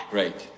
Great